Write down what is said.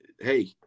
Hey